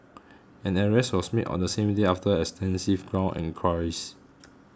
an arrest was made on the same day after extensive ground enquiries